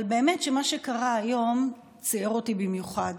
אבל באמת שמה שקרה היום ציער אותי במיוחד